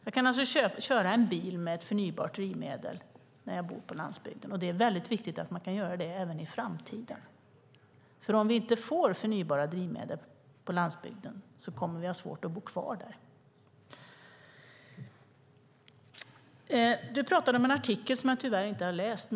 Jag kan alltså köra en bil med förnybart drivmedel när jag bor på landsbygden, och det är väldigt viktigt att man kan göra det även i framtiden. Om vi inte får tillgång till förnybara drivmedel på landsbygden kommer vi att ha svårt att bo kvar där. Göran Lindell pratar om en artikel som jag tyvärr inte har läst.